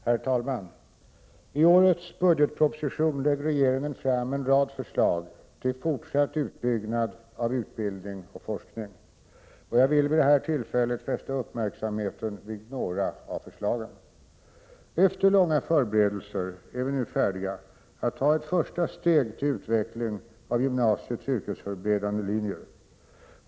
Herr talman! I årets budgetproposition lägger regeringen fram en rad förslag till fortsatt utbyggnad av utbildning och forskning. Jag vill vid det här tillfället fästa uppmärksamheten vid några av förslagen. Efter långa förberedelser är vi nu färdiga att ta ett första steg till utveckling av gymnasiets yrkesförberedande linjer.